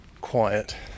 quiet